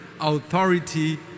authority